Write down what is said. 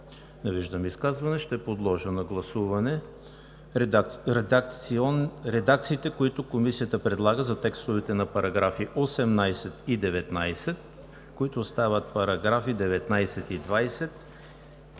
Не виждам. Ще подложа на гласуване редакциите, които Комисията предлага, на текстовете параграфи 18 и 19, които стават параграфи 19 и 20,